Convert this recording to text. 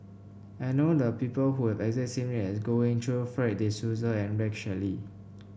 I know the people who have the exact name as Goh Ee Choo Fred De Souza and Rex Shelley